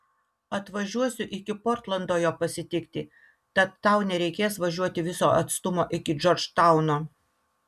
atvažiuosiu iki portlando jo pasitikti tad tau nereikės važiuoti viso atstumo iki džordžtauno